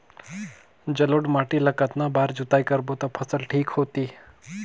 जलोढ़ माटी ला कतना बार जुताई करबो ता फसल ठीक होती?